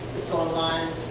it's online